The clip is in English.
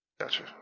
Gotcha